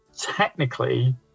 technically